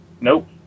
Nope